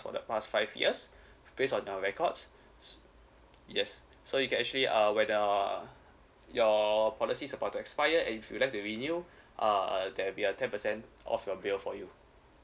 for the past five years based on our records yes so you can actually uh when uh your policy is about to expire if you like to renew uh there will be a ten percent off your bill for you